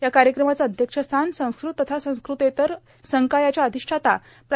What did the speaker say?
या कार्यक्रमाचे अध्यक्षस्थान संस्कृत तथा संस्कृतेतर संकायाच्या अधिष्ठाता प्रा